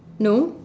no